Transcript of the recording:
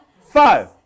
Five